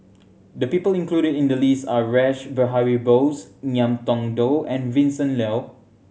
the people included in the list are Rash Behari Bose Ngiam Tong Dow and Vincent Leow